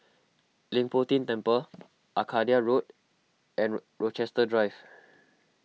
Leng Poh Tian Temple Arcadia Road and Rochester Drive